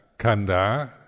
kanda